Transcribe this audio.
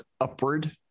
upward